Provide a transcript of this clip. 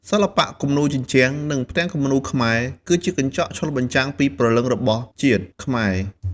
សិល្បៈគំនូរជញ្ជាំង និងផ្ទាំងគំនូរខ្មែរ គឺជាកញ្ចក់ឆ្លុះបញ្ចាំងពីព្រលឹងរបស់ជាតិខ្មែរ។